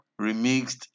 remixed